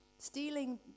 Stealing